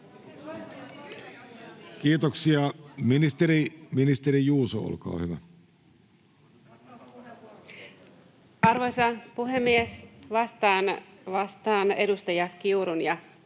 Kiitoksia. — Ministeri Juuso, olkaa hyvä. Arvoisa puhemies! Vastaan edustaja Kiurun